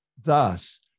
Thus